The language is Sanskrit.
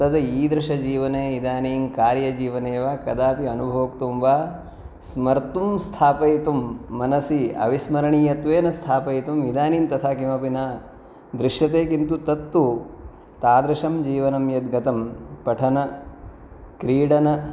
तद् ईदृशजीवने इदानीं कार्यजीवने वा कदापि अनुभोक्तुं वा स्मर्तुं स्थापयितुं मनसि अविस्मर्णीयत्वेन स्थापयितुम् इदानीं तथा किमपि न दृश्यते किन्तु तत् तु तादृशं जीवनं यद्गतं पठनक्रीडन